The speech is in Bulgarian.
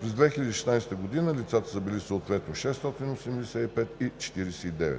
През 2016 г. лицата са били съответно 685 и 49.